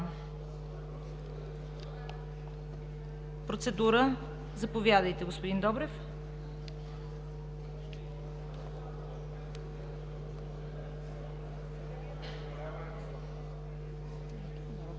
Процедура. Заповядайте, господин Добрев. ДЕЛЯН